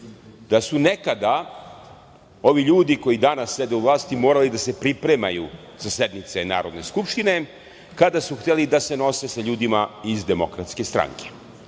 da su nekada ovi ljudi koji danas sede u vlasti morali da se pripremaju za sednice Narodne skupštine, kada su hteli da se nose sa ljudima iz DS, kaže –